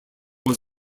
was